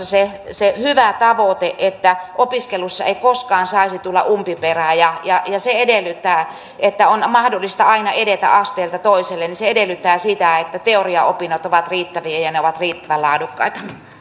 se se hyvä tavoite että opiskelussa ei koskaan saisi tulla umpiperää se että on on mahdollista aina edetä asteelta toiselle edellyttää sitä että teoriaopinnot ovat riittäviä ja ja ne ovat riittävän laadukkaita